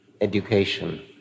education